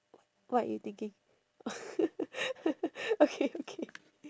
what you thinking okay okay